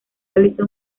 realizó